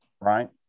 right